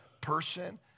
person